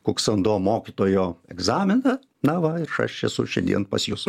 kuksando mokytojo egzaminą na va ir aš esu šiandien pas jus